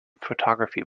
photography